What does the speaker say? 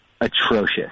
atrocious